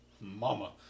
Mama